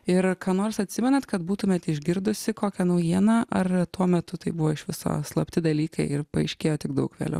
ir ką nors atsimenat kad būtumėt išgirdusi kokią naujieną ar tuo metu tai buvo iš viso slapti dalykai ir paaiškėjo tik daug vėliau